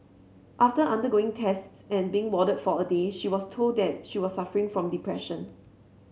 after undergoing tests and being warded for a day she was told that she was suffering from depression